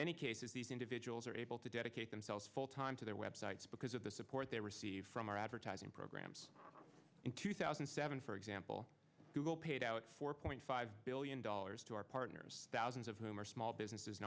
many cases these individuals are able to dedicate themselves full time to their websites because of the support they receive from our advertising programs in two thousand and seven for example google paid out four point five billion dollars to our partners thousands of whom are small businesses